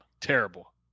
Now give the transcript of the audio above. Terrible